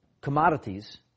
commodities